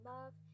Love